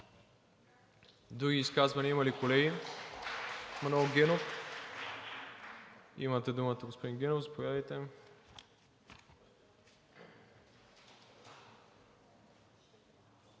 Други изказвания има ли, колеги? Манол Генов – имате думата. Господин Генов, заповядайте.